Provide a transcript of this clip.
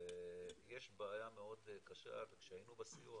ויש בעיה מאוד קשה וכשהיינו בסיור,